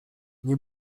nie